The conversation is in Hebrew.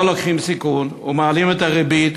לא לוקחים סיכון ומעלים את הריבית,